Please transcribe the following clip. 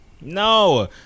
No